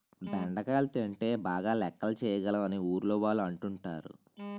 బెండకాయలు తింటే బాగా లెక్కలు చేయగలం అని ఊర్లోవాళ్ళు అంటుంటారు